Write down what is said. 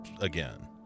again